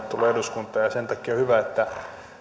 tullut eduskuntaan ja sen takia on hyvä että